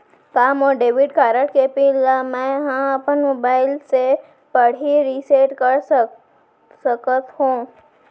का मोर debit card के पिन ल मैं ह अपन मोबाइल से पड़ही रिसेट कर सकत हो?